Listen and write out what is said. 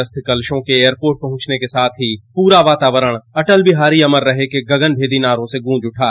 अस्थि कलशों के एयरपोर्ट पहुंचने के साथ ही प्ररा वातावरण अटल बिहारी अमर रहे के गगनभेदी नारों से गूंज उठा